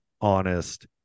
honest